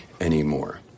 anymore